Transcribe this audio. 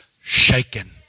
shaken